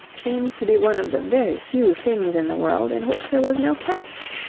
seemed to be one of the very few things in the world in which there was no catch.